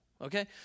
Okay